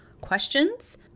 questions